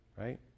Right